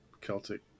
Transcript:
Celtic